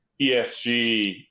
ESG